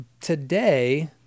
today